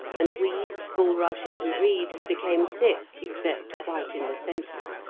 and weeds, bulrushes, and reeds became thick, except quite in the centre.